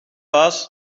baas